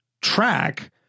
track